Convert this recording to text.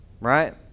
Right